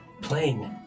plane